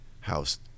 house